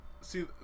See